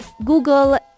Google